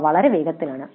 അവ വളരെ വേഗത്തിലാണ്